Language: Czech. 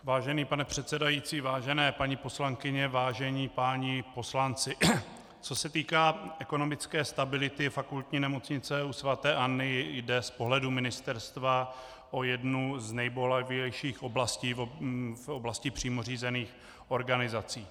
Vážený pane předsedající, vážené paní poslankyně, vážení páni poslanci, co se týká ekonomické stability Fakultní nemocnice u sv. Anny, jde z pohledu ministerstva o jednu z nejbolavějších oblastí v oblasti přímo řízených organizací.